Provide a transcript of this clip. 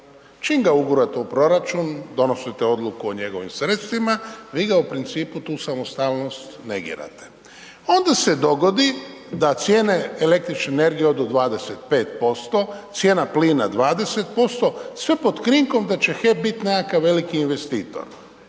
čim ga ugurate u proračun donosite odluku o njegovim sredstvima, vi ga u principu tu samostalnost negirate, onda se dogodi da cijene električne energije odu 25%, cijena plina 20%, sve pod krinkom da će HEP biti nekakav veliki investitor,